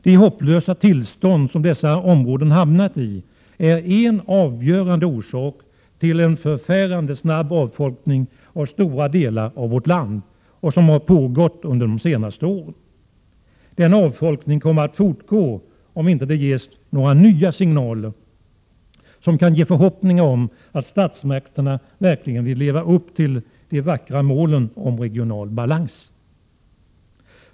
Det hopplösa tillstånd som dessa områden hamnat i är en avgörande orsak till en förfärande snabb avfolkning av stora delar av vårt land som pågått under de senaste åren. Denna avfolkning kommer att fortgå om inte det ges några nya signaler, som kan ge förhoppningar om att statsmakterna verkligen vill leva upp till de vackra målen om regional balans.